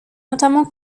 notamment